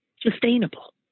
sustainable